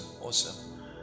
awesome